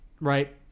right